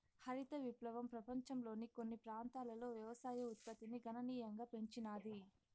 హరిత విప్లవం పపంచంలోని కొన్ని ప్రాంతాలలో వ్యవసాయ ఉత్పత్తిని గణనీయంగా పెంచినాది